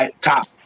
top